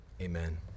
amen